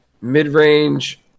mid-range